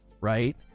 Right